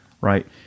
right